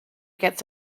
gets